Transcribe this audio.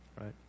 right